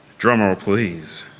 drum roll, please!